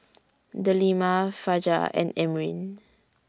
Delima Fajar and Amrin